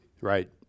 Right